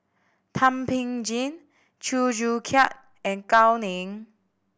Thum Ping Tjin Chew Joo Chiat and Gao Ning